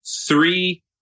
three